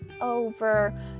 over